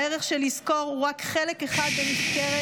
הערך של לזכור הוא רק חלק אחד במסגרת